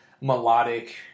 melodic